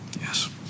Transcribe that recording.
Yes